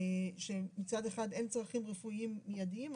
שמצד אחד אין צרכים רפואיים מיידיים,